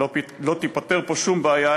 לא תיפתר פה שום בעיה.